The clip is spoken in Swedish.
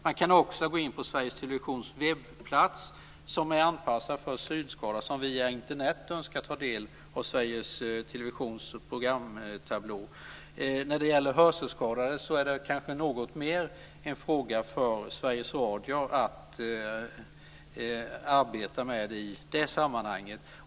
Man kan också gå in på Sveriges Televisions webbplats som är anpassad för synskadade som via När det gäller hörselskadade är det kanske något mer en fråga för Sveriges Radio att arbeta med.